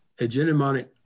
hegemonic